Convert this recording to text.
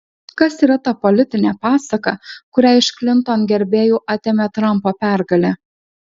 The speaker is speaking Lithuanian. kas yra ta politinė pasaka kurią iš klinton gerbėjų atėmė trampo pergalė